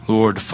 Lord